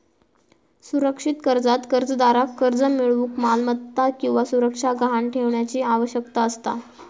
सुरक्षित कर्जात कर्जदाराक कर्ज मिळूक मालमत्ता किंवा सुरक्षा गहाण ठेवण्याची आवश्यकता असता